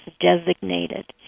designated